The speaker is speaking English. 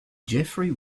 jeffery